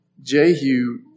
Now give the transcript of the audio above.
Jehu